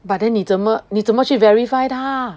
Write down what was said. but then 你怎么你怎么去 verify 他